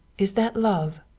is that love?